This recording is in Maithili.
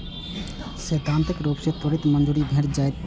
सैद्धांतिक रूप सं त्वरित मंजूरी भेट जायत